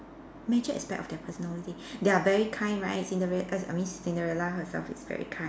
major aspect of their personality they are very kind right Cindere~ err I mean Cinderella herself is very kind